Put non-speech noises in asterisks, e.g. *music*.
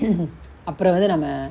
*coughs* அப்ரோ வந்து நம்ம:apro vanthu namma